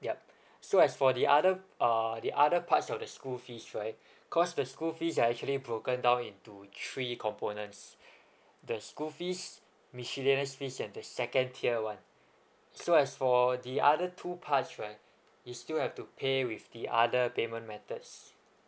yup so as for the other uh the other parts of the school fees right because the school fees are actually broken down into three components the school fees miscellaneous fees and the second tier one so as for the other two parts right you still have to pay with the other payment methods